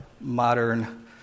modern